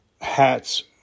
hats